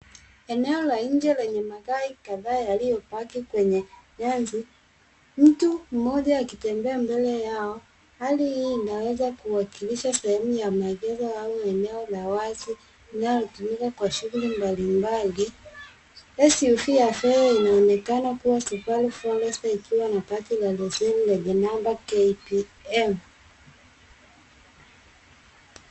Eneo la nje lenye magari kadhaa yaliyopaki kwenye nyasi. Mtu mmoja akitembea mbele yao, hali hii inaweza kuwakilisha sehemu ya maegesho au eneo la wazi linalotumika kwa shughuli mbalimbali. SUV ya fedha inaonekana kuwa Subaru Forester ikiwa na bati la leseni, lenye namba KBM.